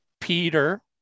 Peter